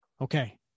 Okay